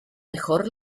mejor